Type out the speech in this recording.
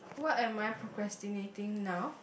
what am I procrastinating now